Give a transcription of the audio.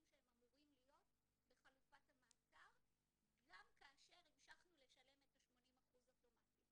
שהם אמורים להיות בחלופת המעצר גם כאשר המשכנו לשלם את ה-80% אוטומטית,